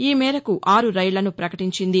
ఈ మేరకు ఆరు రైళ్లను వపకటించింది